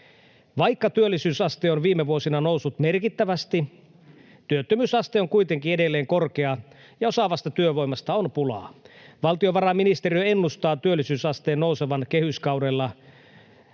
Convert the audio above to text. Vaikka työllisyysaste on viime vuosina noussut merkittävästi, työttömyysaste on kuitenkin edelleen korkea ja osaavasta työvoimasta on pulaa. Valtiovarainministeriö ennustaa työllisyysasteen nousevan kehyskaudella